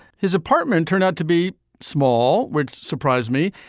his apartment turned out to be small which surprised me.